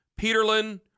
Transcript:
Peterlin